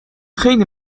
خیلی